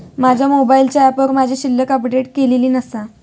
माझ्या मोबाईलच्या ऍपवर माझी शिल्लक अपडेट केलेली नसा